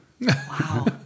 wow